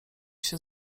się